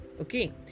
Okay